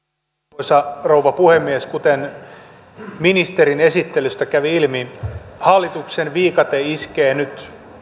arvoisa rouva puhemies kuten ministerin esittelystä kävi ilmi hallituksen viikate iskee nyt